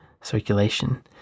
circulation